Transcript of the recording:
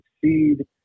succeed